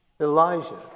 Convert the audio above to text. Elijah